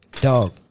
Dog